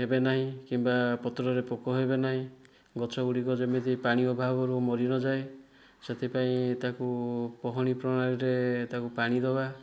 ହେବେ ନାହିଁ କିମ୍ବା ପତ୍ରରେ ପୋକ ହେବେ ନାହିଁ ଗଛ ଗୁଡ଼ିକ ଯେମିତି ପାଣି ଅଭାବରୁ ମରିନଯାଏ ସେଥିପାଇଁ ତାକୁ ପହଣୀ ପ୍ରଣାଳୀରେ ତାକୁ ପାଣି ଦେବା